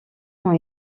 ont